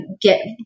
get